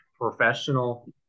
professional